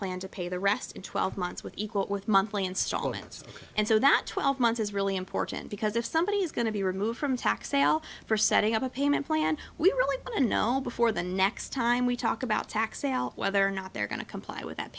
plan to pay the rest in twelve months with equal with monthly installments and so that twelve months is really important because if somebody is going to be removed from tax sale for setting up a payment plan we really want to know before the next time we talk about tax sale whether or not they're going to comply with that